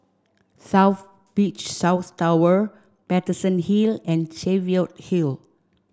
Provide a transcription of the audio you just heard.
South Beach South Tower Paterson Hill and Cheviot Hill